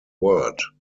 word